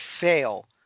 fail